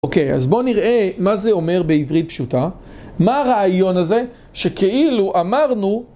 אוקיי, אז בואו נראה מה זה אומר בעברית פשוטה. מה הרעיון הזה שכאילו אמרנו...